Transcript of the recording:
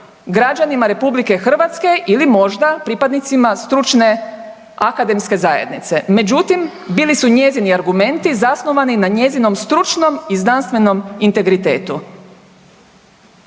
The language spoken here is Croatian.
građanima RH ili možda pripadnicima stručne akademske zajednice. Međutim, bili su njezini argumenti zasnovani na njezinom stručnom i znanstvenom integritetu.